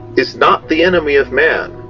is not the enemy of man,